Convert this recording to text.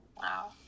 Wow